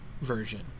version